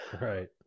Right